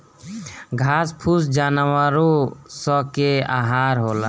घास फूस जानवरो स के आहार होला